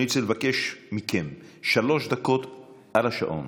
אני רוצה לבקש מכם שלוש דקות על השעון,